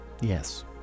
Yes